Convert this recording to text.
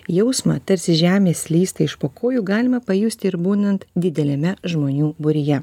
jausmą tarsi žemė slysta iš po kojų galima pajusti ir būnant dideliame žmonių būryje